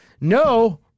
No